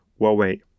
Huawei